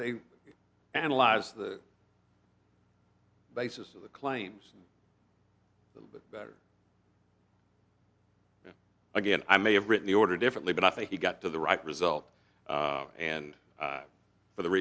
they analyze the basis of the claims the better again i may have written the order differently but i think he got to the right result and for the